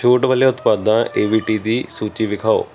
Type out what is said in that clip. ਛੂਟ ਵਾਲੇ ਉਤਪਾਦਾਂ ਏ ਵੀ ਟੀ ਦੀ ਸੂਚੀ ਵਿਖਾਉ